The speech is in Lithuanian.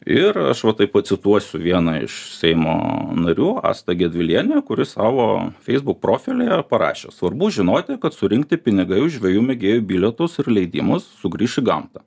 ir aš va taip pacituosiu vieną iš seimo narių astą gedvilienę kuri savo facebook profilyje parašė svarbu žinoti kad surinkti pinigai už žvejų mėgėjų bilietus ir leidimus sugrįš į gamtą